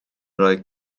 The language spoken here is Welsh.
rhoi